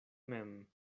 mem